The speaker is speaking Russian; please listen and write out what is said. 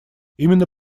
именно